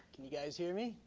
you guys hear me?